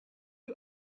you